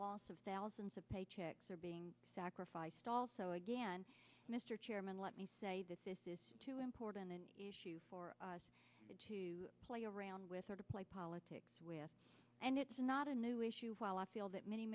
loss of thousands of paychecks are being sacrificed also again mr chairman let me say this is too important an issue for us to play around with or to play politics with and it's not a new issue while i feel that many